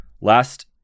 Last